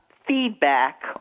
feedback